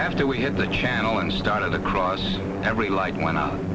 after we had the channel and started across every light went out